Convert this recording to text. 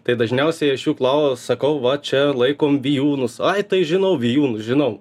tai dažniausiai aš jų klau sakau va čia laikom vijūnus ai tai žinau vijūnus žinau